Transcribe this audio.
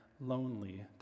lonely